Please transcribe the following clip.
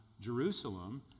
Jerusalem